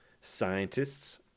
scientists